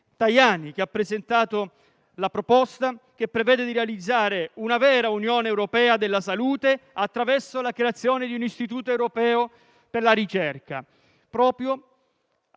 Tajani, che ha presentato la proposta per la realizzazione di una vera Unione europea della salute attraverso la creazione di un istituto europeo per la ricerca,